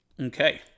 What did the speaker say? Okay